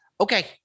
Okay